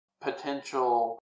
potential